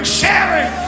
sharing